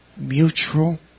mutual